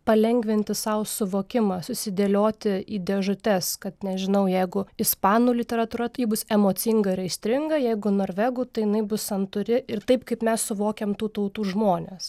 palengvinti sau suvokimą susidėlioti į dėžutes kad nežinau jeigu ispanų literatūra tai ji bus emocinga ir aistringa jeigu norvegų tai jinai bus santūri ir taip kaip mes suvokiam tų tautų žmones